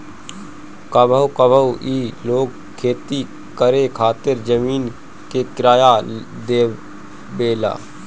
कहवो कहवो ई लोग खेती करे खातिर जमीन के किराया देवेला